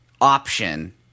option